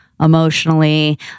Emotionally